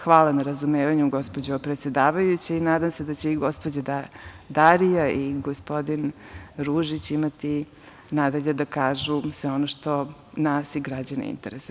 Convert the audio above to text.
Hvala na razumevanju, gospođo predsedavajuća, i nadam se da će da i gospođa Darija i gospodin Ružić imati nadalje da kažu sve ono što nas i građane interesuje.